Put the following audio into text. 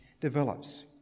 develops